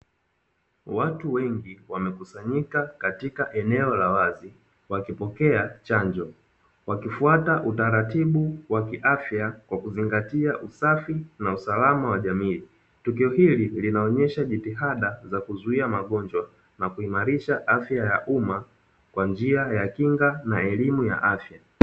Watu wengi wamekusanyika katika eneo la wazi, wakipokea chanjo, wakifuata utaratibu wa kiafya kwa kuzingatia usafi na usalama wa jamii, Tukio hili linaonyesha jitihada za kuzuia magonjwa na kuimarisha afya ya umma kwa njia ya kinga na elimu ya afya.